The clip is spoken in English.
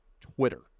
Twitter